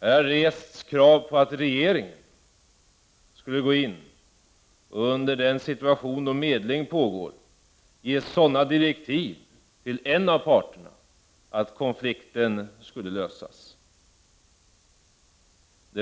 Här har rests krav på att regeringen skulle gå in och i det skede då medling pågår ge sådana direktiv till en av parterna att konflikten skulle lösas. Att